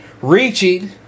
reaching